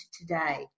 today